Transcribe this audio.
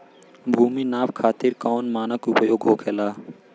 भूमि नाप खातिर कौन मानक उपयोग होखेला?